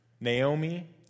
Naomi